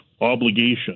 obligation